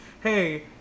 hey